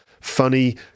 funny